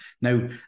Now